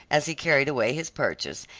as he carried away his purchase,